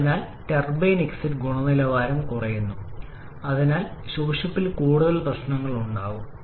അതിനാൽ turbine exit ഗുണനിലവാരം കുറയുന്നു അതിനാൽ ശോഷിപ്പിൽ കൂടുതൽ പ്രശ്നങ്ങൾ ഉണ്ടാകും